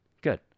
Good